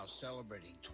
celebrating